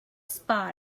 spot